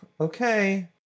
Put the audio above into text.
Okay